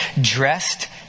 dressed